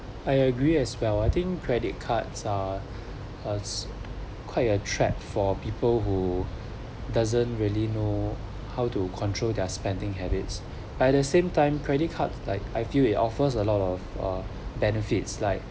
I agree as well I think credit cards are us quite a threat for people who doesn't really know how to control their spending habits but at the same time credit cards like I feel it offers a lot of uh benefits like